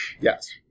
Yes